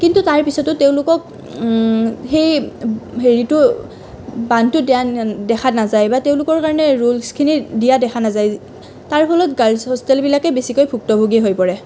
কিন্তু তাৰ পিছতো তেওঁলোকক সেই হেৰিটো বান্ধটো দিয়া দেখা নাযায় বা তেওঁলোকৰ কাৰণে ৰোলছখিনি দিয়া দেখা নাযায় তাৰ ফলত গাৰ্লছ হোষ্টেলবিলাকে বেছিকৈ ভুক্তভোগী হৈ পৰে